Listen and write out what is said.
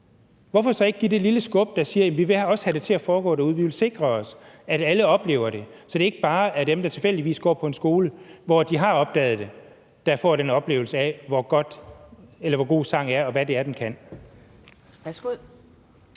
hvorfor så ikke give det et lille skub og sige, at vi også vil have det til at foregå derude, at vi vil sikre os, at alle oplever det, så det ikke bare er dem, der tilfældigvis går på en skole, hvor de har opdaget det, der får den oplevelse af, hvor godt sang er, og hvad det kan?